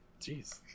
jeez